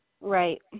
Right